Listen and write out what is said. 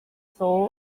soul